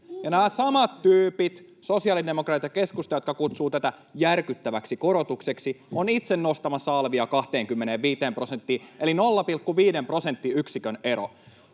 Ja nämä samat tyypit, sosiaalidemokraatit ja keskusta, jotka kutsuvat tätä järkyttäväksi korotukseksi, ovat itse nostamassa alvia 25 prosenttiin, eli 0,5 prosenttiyksikön ero.